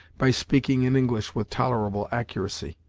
by speaking in english with tolerable accuracy,